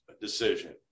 decision